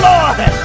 Lord